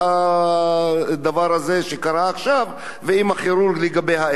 שהדבר הזה שקרה עכשיו ועם הכירורג לגבי האיידס.